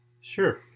Sure